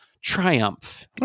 triumph